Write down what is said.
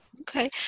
Okay